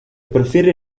prefiere